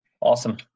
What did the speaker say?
Awesome